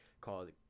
called